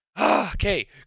okay